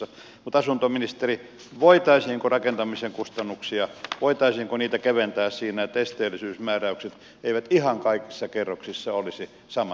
mutta asuntoministeri voitaisiinko rakentamisen kustannuksia keventää siinä että esteellisyysmääräykset eivät ihan kaikissa kerroksissa olisi samat